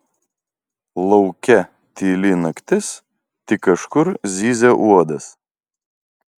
lauke tyli naktis tik kažkur zyzia uodas